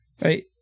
right